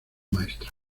maestra